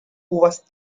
uvas